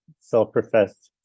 self-professed